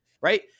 right